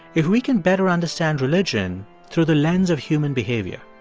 if we can better understand religion through the lens of human behavior,